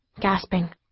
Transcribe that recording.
gasping